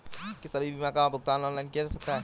क्या सभी बीमा का भुगतान ऑनलाइन किया जा सकता है?